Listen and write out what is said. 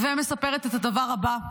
ומספרת את הדבר הבא: